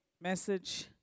message